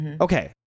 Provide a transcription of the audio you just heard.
Okay